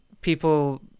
people